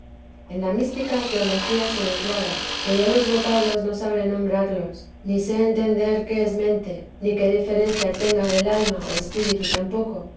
en la mística teología se declara que yo los vocablos no sabré nombrarlos ni sé entender qué es mente ni qué diferencia tenga del alma o espíritu tampoco